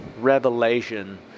revelation